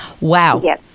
Wow